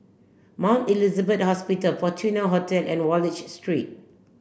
Mount Elizabeth Hospital Fortuna Hotel and Wallich Street